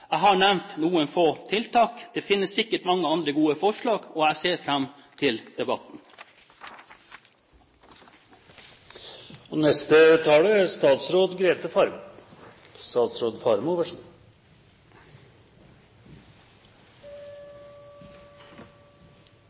Jeg har nevnt noen få tiltak – det finnes sikkert mange andre gode forslag. Jeg ser fram til